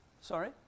Sorry